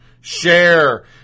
Share